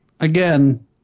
Again